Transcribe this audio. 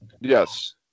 Yes